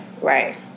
Right